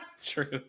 True